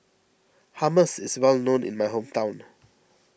Hummus is well known in my hometown